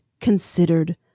considered